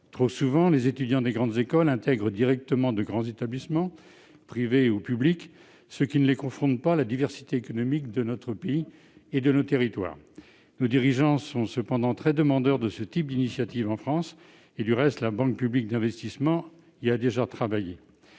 Trop souvent, les étudiants des grandes écoles intègrent directement de grands établissements, privés ou publics, ce qui ne les confronte pas à la diversité économique de notre pays et de nos territoires. Nos dirigeants sont par ailleurs très demandeurs de ce type d'initiative et la Banque publique d'investissement, Bpifrance, y a déjà travaillé.